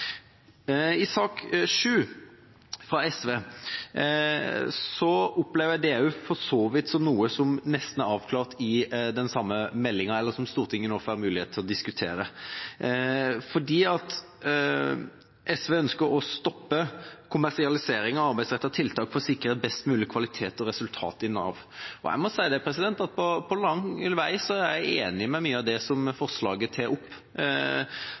gjelder sak nr. 7, representantforslag fra SV, opplever jeg at det også for så vidt er noe som nesten er avklart i den meldinga som Stortinget nå får mulighet til å diskutere. SV ønsker å stoppe kommersialiseringa av arbeidsrettede tiltak for å sikre best mulig kvalitet og resultater i Nav. Jeg må si at jeg langt på vei er enig i mye av det som forslaget tar opp.